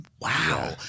Wow